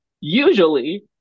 Usually